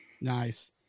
Nice